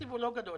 תקציב לא גדול.